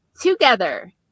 Together